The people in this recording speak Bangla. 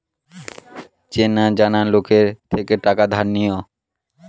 চেনা জানা লোকের থেকে টাকা ধার নিও